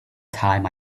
time